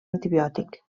antibiòtic